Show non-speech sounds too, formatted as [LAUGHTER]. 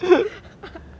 [LAUGHS]